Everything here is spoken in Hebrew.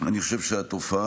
אני חושב שהתופעה,